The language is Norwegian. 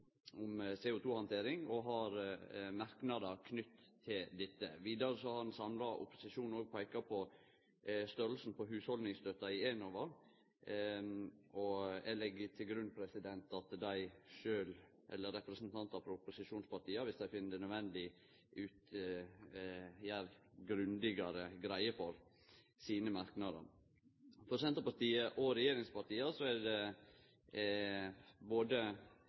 om CO2-handtering og har merknader knytte til dette. Vidare har ein samla opposisjon òg peika på størrelsen på hushaldningsstøtta i Enova, og eg legg til grunn at representantar frå opposisjonspartia, viss dei finn det nødvendig, gjer grundigare greie for sine merknader. For Senterpartiet og regjeringspartia er både framdrifta under kap. 1833 CO2-handtering og tilskottsordninga for elsparing viktige saker. Når det